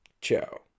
Ciao